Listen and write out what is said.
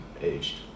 aged